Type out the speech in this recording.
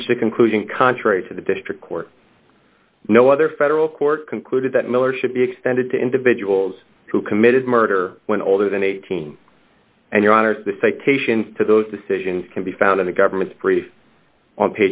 reach a conclusion contrary to the district court no other federal court concluded that miller should be extended to individuals who committed murder when older than eighteen and your honour's the citations to those decisions can be found in the government's brief on